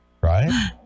right